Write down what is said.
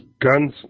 Guns